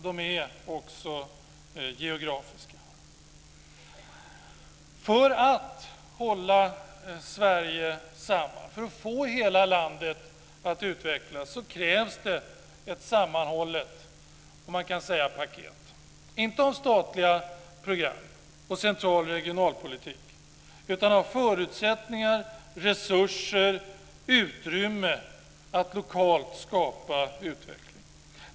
De är också geografiska. För att hålla Sverige samman och för att få hela landet att utvecklas krävs det ett sammanhållet paket. Det ska inte vara statliga program och central regionalpolitik, utan förutsättningar, resurser och utrymme att lokalt skapa utveckling.